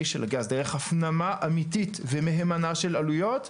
של הגז דרך הפנמה אמיתית ומהימנה של עלויות,